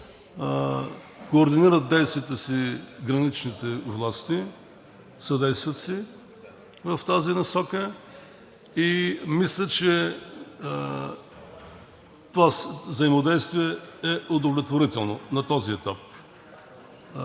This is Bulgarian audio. координират действията си граничните власти, съдействат си в тази насока. Мисля, че това взаимодействие е удовлетворително на този етап.